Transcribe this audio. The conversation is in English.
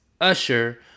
Usher